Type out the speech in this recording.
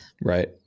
Right